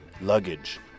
luggage